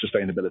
sustainability